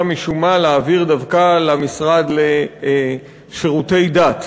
משום מה להעביר דווקא למשרד לשירותי דת.